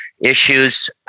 issues